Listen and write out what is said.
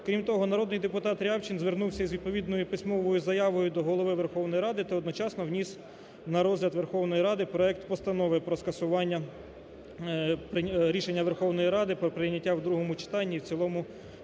Крім того, народний депутат Рябчин звернувся із відповідною письмовою заявою до Голови Верховної Ради та одночасно вніс на розгляд Верховної Ради проект Постанови про скасування рішення Верховної Ради про прийняття у другому читанні і в цілому